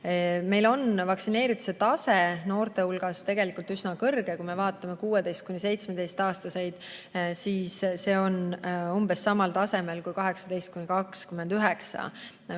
Meil on vaktsineerituse tase noorte hulgas üsna kõrge. Kui me vaatame 16- ja 17-aastaseid, siis see on umbes samal tasemel kui 18–29-aastaste